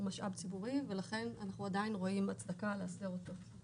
הוא משאב ציבורי ולכן אנחנו עדיין רואים הצדקה לאסדר אותו.